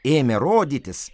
ėmė rodytis